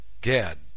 Gad